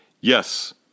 Yes